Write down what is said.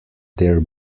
their